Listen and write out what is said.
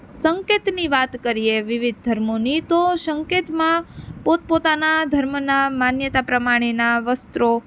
સંકેતની વાત કરીએ વિવિધ ધર્મોની તો સંકેતમાં પોત પોતાના ધર્મનાં માન્યતા પ્રમાણેનાં વસ્ત્રો